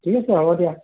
ঠিক আছে হ'ব দিয়া